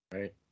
Right